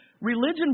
Religion